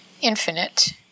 infinite